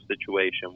situation